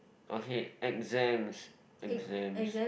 okay exams exams